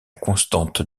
constante